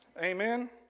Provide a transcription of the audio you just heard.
Amen